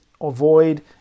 avoid